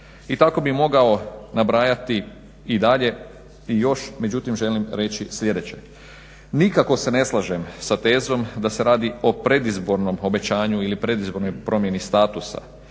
I tako bih mogao nabrajati i dalje i još, međutim želim reći sljedeće, nikako se ne slažem sa tezom da se radi o predizbornom obećanju ili predizbornoj promjeni statusa